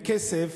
בכסף,